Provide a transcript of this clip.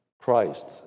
Christ